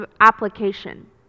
application